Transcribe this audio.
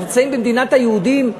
אנחנו נמצאים במדינת היהודים,